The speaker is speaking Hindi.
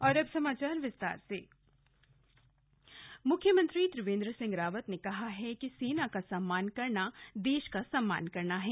सीएम कार्यक्रम मुख्यमंत्री त्रिवेंद्र सिंह रावत ने कहा है कि सेना का सम्मान करना देश का सम्मान करना है